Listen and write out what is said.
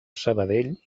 sabadell